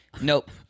Nope